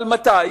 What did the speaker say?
אבל מתי?